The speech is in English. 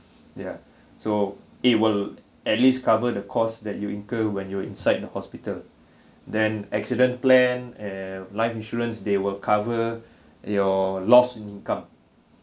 ya so it will at least cover the cost that you incur when you're inside the hospital then accident plan and life insurance they will cover your lost income